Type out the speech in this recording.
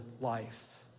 life